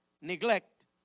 neglect